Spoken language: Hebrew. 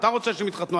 אתה רוצה שהם יתחתנו.